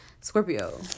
Scorpio